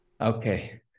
okay